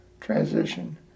transition